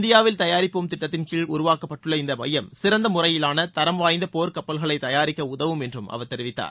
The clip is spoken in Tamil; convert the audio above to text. இந்தியாவில் தயாரிப்போம் திட்டத்தின் கீழ் உருவாக்கப்பட்டுள்ள இந்த மையம் சிறந்த முறையிலான தரம் வாய்ந்த போர் கப்பல்களை தயாரிக்க உதவும் என்றும் அவர் தெரிவித்தார்